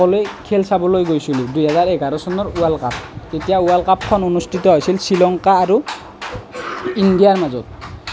সকলোৱে খেল চাবলৈ গৈছিলোঁ দুহেজাৰ এঘাৰ চনৰ ৱৰ্ল্ড কাপ তেতিয়া ৱৰ্ল্ড কাপখন অনুষ্ঠিত হৈছিল শ্ৰীলংকা আৰু ইণ্ডিয়াৰ মাজত